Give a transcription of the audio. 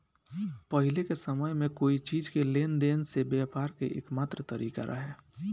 पाहिले के समय में कोई चीज़ के लेन देन से व्यापार के एकमात्र तारिका रहे